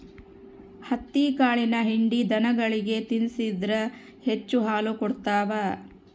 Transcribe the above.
ಹತ್ತಿಕಾಳಿನ ಹಿಂಡಿ ದನಗಳಿಗೆ ತಿನ್ನಿಸಿದ್ರ ಹೆಚ್ಚು ಹಾಲು ಕೊಡ್ತಾವ